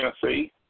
Tennessee